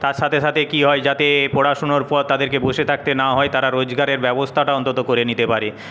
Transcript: তার সাথে সাথে কী হয় যাতে পড়াশোনার পর তাদেরকে বসে থাকতে না হয় তারা রোজগারের ব্যবস্থাটা অন্তত করে নিতে পারে